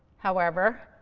however,